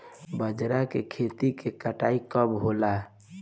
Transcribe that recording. बजरा के खेती के कटाई कब होला?